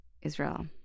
Israel